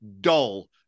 dull